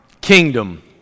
Kingdom